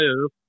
move